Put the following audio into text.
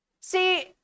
See